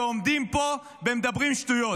שעומדים פה ומדברים שטויות.